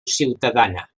ciutadana